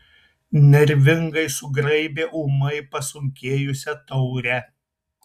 nervingai sugraibė ūmai pasunkėjusią taurę